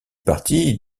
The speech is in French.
partie